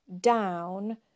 down